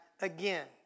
again